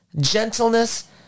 Gentleness